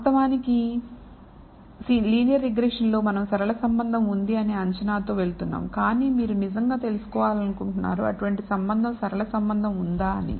వాస్తవానికి లీనియర్ రిగ్రెషన్లో మనం సరళ సంబంధం ఉంది అనే అంచనాతో వెళ్తున్నాము కానీ మీరు నిజంగా తెలుసుకోవాలనుకుంటున్నారు అటువంటి సంబంధం సరళ సంబంధం ఉందా అని